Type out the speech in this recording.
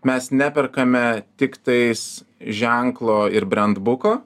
mes neperkame tiktais ženklo ir brendbuko